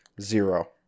Zero